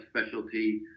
specialty